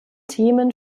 themen